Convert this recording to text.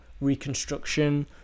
reconstruction